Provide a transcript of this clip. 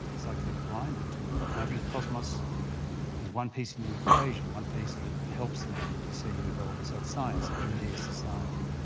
it's like they're blinded to it. and i think cosmos is one piece in the equation, one piece that helps them to see the relevance of science in their society.